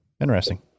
Interesting